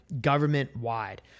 government-wide